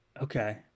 okay